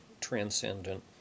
transcendent